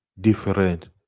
different